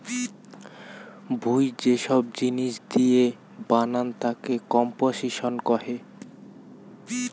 ভুঁই যে সব জিনিস দিয়ে বানান তাকে কম্পোসিশন কহে